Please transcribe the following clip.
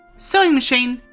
sewing machine.